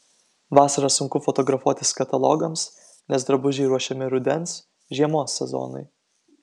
vasarą sunku fotografuotis katalogams nes drabužiai ruošiami rudens žiemos sezonui